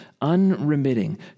unremitting